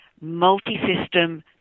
multi-system